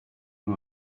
who